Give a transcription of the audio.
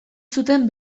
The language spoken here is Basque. zuten